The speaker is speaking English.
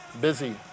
busy